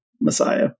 Messiah